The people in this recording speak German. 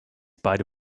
beide